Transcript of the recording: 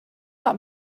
not